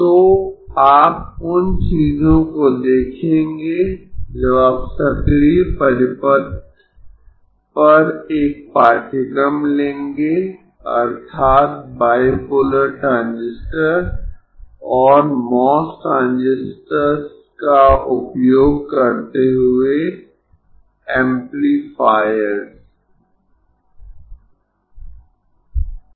तो आप उन चीजों को देखेंगें जब आप सक्रिय परिपथ पर एक पाठ्यक्रम लेंगें अर्थात् बाईपोलर ट्रांजिस्टर और MOS ट्रांजिस्टर का उपयोग करते हुए एम्पलीफायर्स